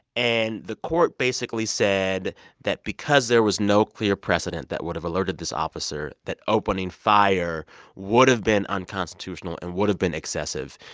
and the court basically said that because there was no clear precedent that would have alerted this officer that opening fire would have been unconstitutional and would have been excessive.